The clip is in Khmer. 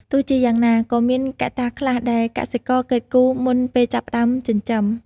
ទោះជាយ៉ាងណា ក៏មានកត្តាខ្លះដែលកសិករគិតគូរមុនពេលចាប់ផ្ដើមចិញ្ចឹម។